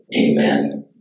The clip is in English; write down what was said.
amen